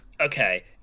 okay